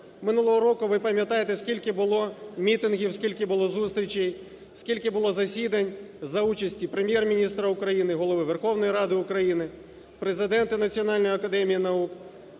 Минулого року, ви пам'ятаєте, скільки було мітингів, скільки було зустрічей, скільки було засідань за участі Прем’єр-міністра України, Голови Верховної Ради України, Президента Національної академії наук,